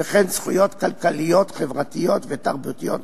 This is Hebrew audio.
וכן זכויות כלכליות, חברתיות ותרבותיות נוספות.